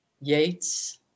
Yates